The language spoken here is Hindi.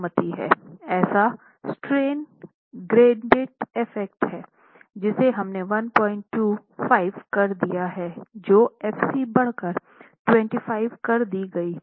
ऐसा स्ट्रेन ग्रेडिएंट इफ़ेक्ट है जिसे हमने 125 कर दिया है जो f c बढ़ाकर 25 कर दी गई थी